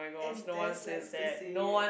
as Des likes to say it